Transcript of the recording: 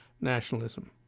nationalism